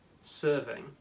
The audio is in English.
serving